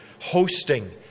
hosting